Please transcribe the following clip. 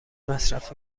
مصرف